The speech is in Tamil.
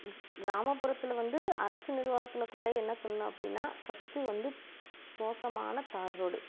கிராமப்புறத்தில் வந்து அரசு நிர்வாகத்தில் குறை என்ன சொல்லணும் அப்படின்னா ஃபஸ்ட்டு வந்து மோசமான தார் ரோடு